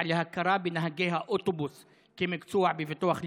להכרה בנהגי האוטובוס כמקצוע בביטוח לאומי?